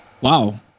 wow